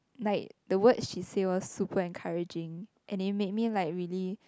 like the word she say was super encouraging and it made me like really